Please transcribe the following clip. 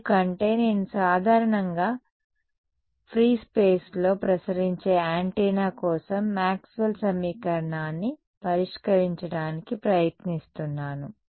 ఎందుకంటే నేను సాధారణంగా ఫ్రీ స్పేస్ లో ప్రసరించే యాంటెన్నా కోసం మాక్స్వెల్ సమీకరణాన్ని పరిష్కరించడానికి ప్రయత్నిస్తున్నాను